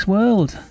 World